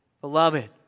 beloved